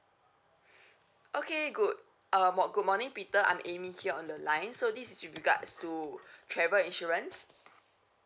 okay good uh mo~ good morning peter I'm amy here on the line so this is regards to travel insurance